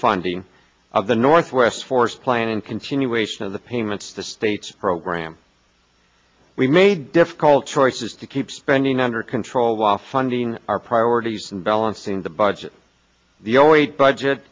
funding of the northwest forest plan and continuation of the payments to states program we made difficult choices to keep spending under control while funding our priorities and balancing the budget the